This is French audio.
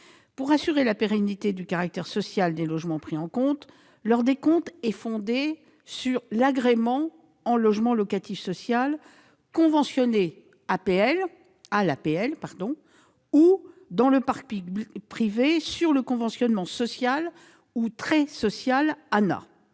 Pour assurer la pérennité du caractère social des logements pris en compte, leur décompte est fondé sur l'agrément en logement locatif social conventionné à l'APL ou, dans le parc privé, sur le conventionnement social ou très social ANAH.